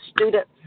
students